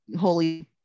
holy